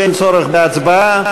אין צורך בהצבעה.